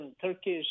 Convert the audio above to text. Turkish